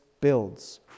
builds